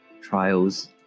trials